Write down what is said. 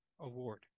Award